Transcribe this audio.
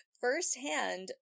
firsthand